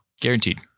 Guaranteed